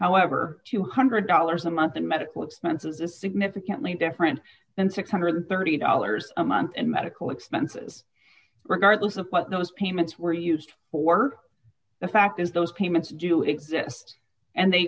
however two hundred dollars a month in medical expenses is significantly different than six hundred and thirty dollars a month and medical expenses regardless of what those payments were used for the fact is those payments do exist and they